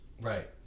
Right